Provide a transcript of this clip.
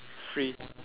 free